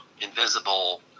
invisible